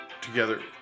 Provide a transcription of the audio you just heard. together